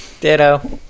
Ditto